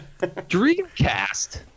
Dreamcast